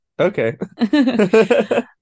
Okay